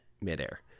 midair